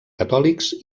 catòlics